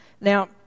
Now